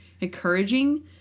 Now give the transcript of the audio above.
encouraging